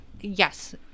Yes